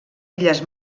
illes